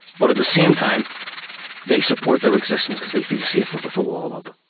but at the same time they support their existence because they feel safer with the wall up.